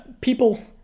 People